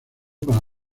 para